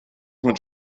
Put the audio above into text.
mit